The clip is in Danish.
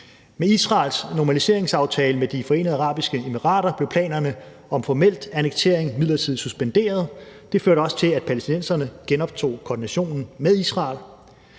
Med Israels normaliseringsaftale med De Forenede Arabiske Emirater blev planerne om formel annektering midlertidigt suspenderet. Det førte også til, at palæstinenserne genoptog koordinationen med Israel.